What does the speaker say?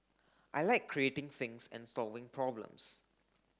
I like creating things and solving problems